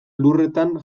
lurretan